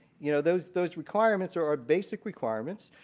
you know those those requirements are our basic requirements.